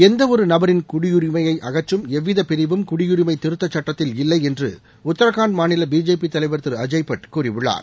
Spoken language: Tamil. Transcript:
எந்தவொரு நபரின் குடியுரிமையை அகற்றும் எவ்வித பிரிவும் குடியுரிமை திருத்தச் சட்டத்தில் இல்லை என்று உத்தரகாண்ட் மாநில பிஜேபி தலைவர் திரு அஜய் பட் கூறியுள்ளார்